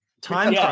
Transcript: time